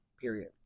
Period